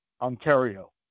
Ontario